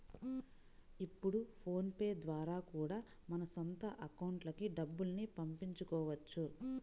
ఇప్పుడు PhonePe ద్వారా కూడా మన సొంత అకౌంట్లకి డబ్బుల్ని పంపించుకోవచ్చు